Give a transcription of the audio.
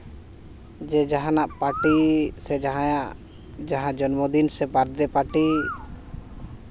ᱡᱮ ᱡᱟᱦᱟᱱᱟᱜ ᱯᱟᱹᱴᱤ ᱥᱮ ᱡᱟᱦᱟᱸᱭᱟᱜ ᱡᱟᱦᱟᱸ ᱡᱚᱱᱢᱚ ᱫᱤᱱ ᱥᱮ ᱵᱟᱨᱛᱷ ᱰᱮᱹ ᱯᱟᱨᱴᱤ